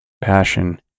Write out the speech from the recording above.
Passion